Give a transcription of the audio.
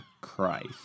Christ